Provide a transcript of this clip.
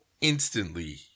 instantly